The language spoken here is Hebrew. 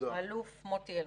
האלוף מוטי אלמוז.